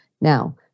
Now